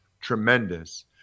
tremendous